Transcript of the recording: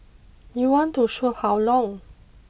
you want to shoot how long